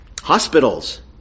hospitals